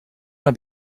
want